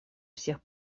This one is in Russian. всех